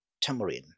tamarind